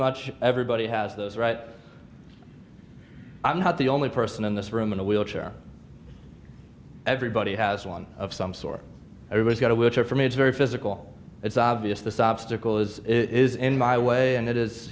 much everybody has those right i'm not the only person in this room in a wheelchair everybody has one of some sort everybody's got a wheelchair for me it's very physical it's obvious this obstacle is is in my way and it is